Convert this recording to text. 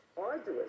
arduous